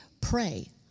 pray